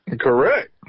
Correct